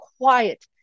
quiet